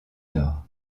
nord